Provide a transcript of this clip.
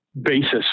basis